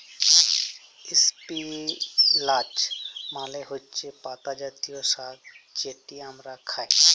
ইস্পিলাচ মালে হছে পাতা জাতীয় সাগ্ যেট আমরা খাই